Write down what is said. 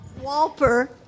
Walper